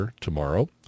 tomorrow